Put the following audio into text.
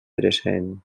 present